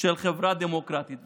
של חברה דמוקרטית.